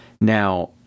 Now